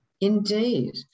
Indeed